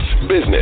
business